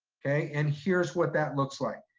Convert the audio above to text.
okay, and here's what that looks like.